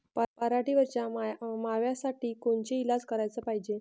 पराटीवरच्या माव्यासाठी कोनचे इलाज कराच पायजे?